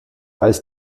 als